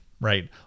right